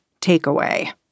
takeaway